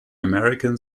american